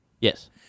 Yes